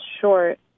short